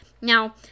Now